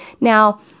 Now